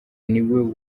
niwe